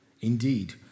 indeed